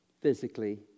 physically